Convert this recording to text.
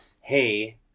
Hey